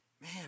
man